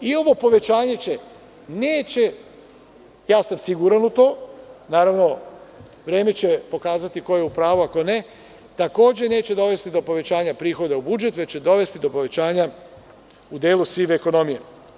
Ovo povećanje neće, ja sam siguran u to, naravno, vreme će pokazati ko je u pravu a ko ne, takođe neće dovesti do povećanja prihoda u budžet, već će dovesti do povećanja u delu sive ekonomije.